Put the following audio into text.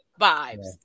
vibes